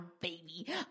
baby